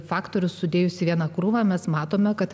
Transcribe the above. faktorius sudėjus į vieną krūvą mes matome kad